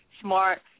smart